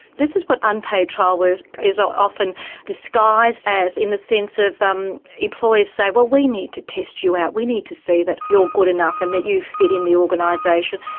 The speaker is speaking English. this is what unpaid trial work is ah often disguised as in the sense of um employers say, well, we need to test you out, we need to see that you're good enough and that you fit in the organisation.